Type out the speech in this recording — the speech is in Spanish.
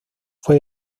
fue